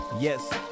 Yes